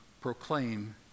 proclaim